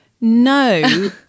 No